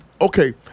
okay